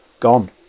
gone